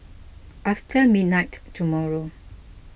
after midnight tomorrow